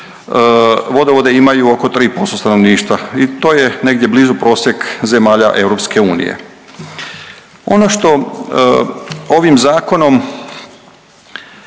vodovode imaju oko 3% stanovništva i to je negdje blizu prosjek zemalja EU. Ono što ovim zakonom